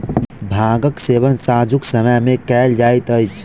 भांगक सेवन सांझुक समय मे कयल जाइत अछि